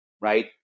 right